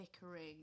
bickering